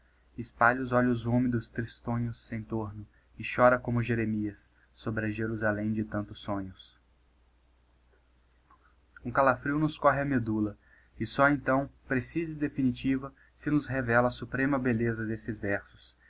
espalha os olhos húmidos tristonhos em tomo e chora como jeremias sobre a jerusalém de tantos sonhos um calafrio nos corre a medula e só então precisa e definitiva se nos revela a suprema belleza desses versos